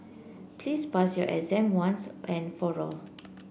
please pass your exam once and for all